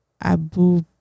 abu